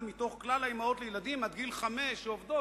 מתוך כלל האמהות לילדים עד גיל חמש שעובדות".